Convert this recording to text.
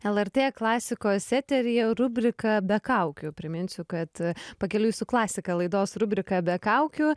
lrt klasikos eteryje rubrika be kaukių priminsiu kad pakeliui su klasika laidos rubrika be kaukių